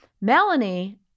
Melanie